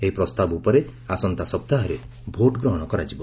ଏହି ପ୍ରସ୍ତାବ ଉପରେ ଆସନ୍ତା ସପ୍ତାହରେ ଭୋଟ ଗ୍ରହଣ କରାଯିବ